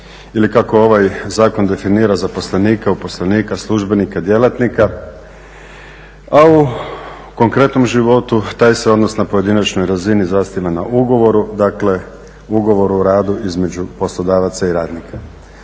ili kako ovaj zakon definira zaposlenika, uposlenika, službenika, djelatnika a u konkretnom životu taj se odnos na pojedinačnoj razini zasniva na ugovoru. Dakle, ugovor o radu između poslodavaca i radnika.